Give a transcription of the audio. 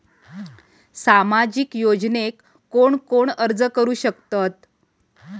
सामाजिक योजनेक कोण कोण अर्ज करू शकतत?